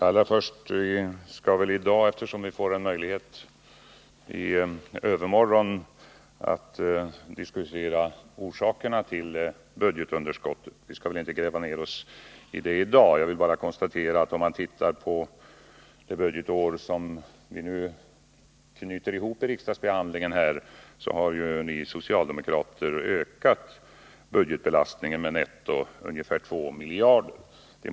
Herr talman! Eftersom vi i övermorgon får möjlighet att diskutera orsakerna till budgetunderskottet skall vi väli dag inte gräva ned ossi det. Jag vill bara konstatera att om vi tittar på det budgetår som vi nu knyter ihop i riksdagsbehandlingen, så har ju ni socialdemokrater ökat budgetbelastningen med netto ungefär 2 miljarder.